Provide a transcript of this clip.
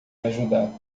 ajudar